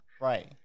right